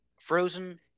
Frozen